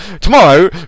Tomorrow